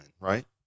right